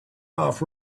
off